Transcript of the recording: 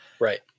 Right